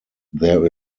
there